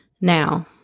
Now